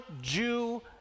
Jew